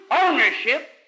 ownership